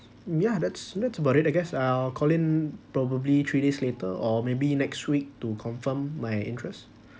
yeah that's that's about it I guess I'll call in probably three days later or maybe next week to confirm my interest